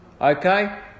Okay